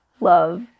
love